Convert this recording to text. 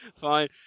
fine